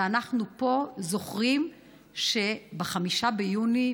ואנחנו פה זוכרים שב-5 ביוני,